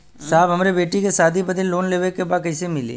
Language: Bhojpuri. साहब हमरे बेटी के शादी बदे के लोन लेवे के बा कइसे मिलि?